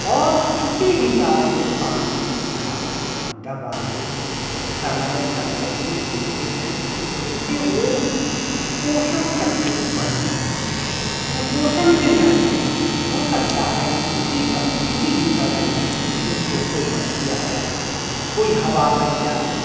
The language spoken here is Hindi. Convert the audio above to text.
और उसी हिसाब से पानी खाद दवाई समय समय से देते हैं जिससे वो पोषण शक्ति बनी रहे कुपोषण में न जाए हो सकता है कि उसी सम किसी भी समय में उसको कोई मक्खी आ जाए कोई हवा लग जाए